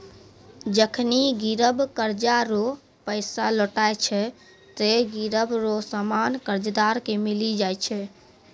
जखनि गिरब कर्जा रो पैसा लौटाय छै ते गिरब रो सामान कर्जदार के मिली जाय छै